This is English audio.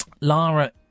Lara